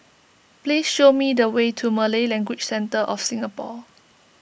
please show me the way to Malay Language Centre of Singapore